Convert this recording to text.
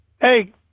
Hey